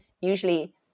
Usually